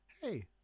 Hey